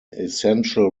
essential